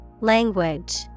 Language